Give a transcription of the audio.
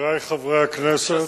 חברי חברי הכנסת,